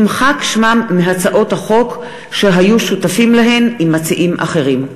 נמחק שמם מהצעות החוק שהם היו שותפים להן עם מציעים אחרים.